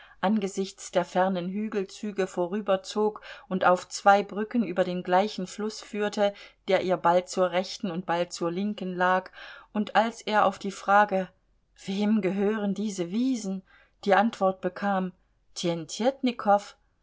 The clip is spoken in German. angesichts der fernen hügelzüge vorüberzog und auf zwei brücken über den gleichen fluß führte der ihr bald zur rechten und bald zur linken lag und als er auf die frage wem gehören diese wiesen die antwort bekam